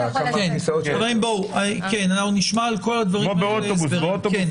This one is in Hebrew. זה כמו באוטובוס.